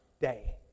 day